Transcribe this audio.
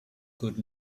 good